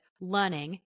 learning